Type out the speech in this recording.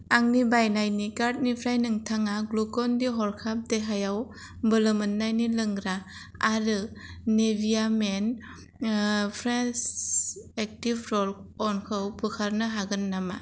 आंनि बायनायनि कार्टनिफ्राय नोंथाङा ग्लुकन डि हरखाब देहायाव बोलोमोन्नायनि लोंग्रा आरो Nivea men fresh active roll अनखौ बोखारनो हागोन नामा